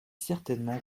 certainement